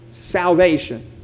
salvation